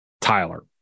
Tyler